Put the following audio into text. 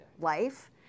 life